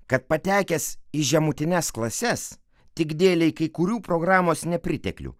kad patekęs į žemutines klases tik dėlei kai kurių programos nepriteklių